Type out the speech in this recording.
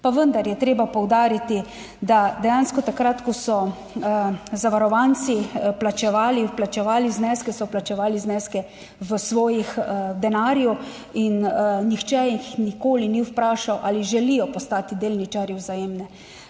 Pa vendar je treba poudariti, da dejansko takrat, ko so zavarovanci plačevali, vplačevali zneske, so plačevali zneske v svojem denarju in nihče jih nikoli ni vprašal, ali želijo postati delničarji Vzajemne.